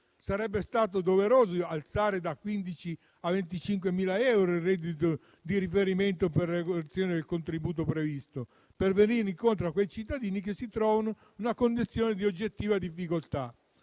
Sarebbe stato doveroso alzare da 15.000 a 25.000 euro il reddito di riferimento per l'erogazione del contributo previsto, per venire incontro a quei cittadini che si trovano in una condizione di oggettiva difficoltà.